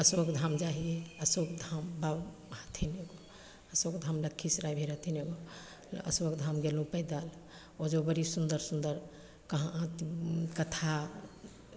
अशोक धाम जा हिए अशोक धाम बाबा हथिन एगो अशोक धाम लक्खीसराय भिड़ रहथिन एगो अशोक धाम गेलहुँ पैदल ओहिजोँ बड़ी सुन्दर सुन्दर कहाँ अथ कथा